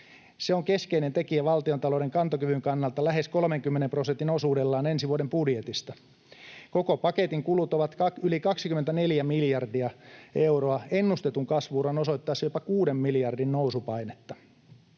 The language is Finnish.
Se on keskeinen tekijä valtiontalouden kantokyvyn kannalta lähes 30 prosentin osuudellaan ensi vuoden budjetista. Koko paketin kulut ovat yli 24 miljardia euroa ennustetun kasvu-uran osoittaessa jopa kuuden miljardin nousupainetta.